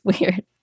weird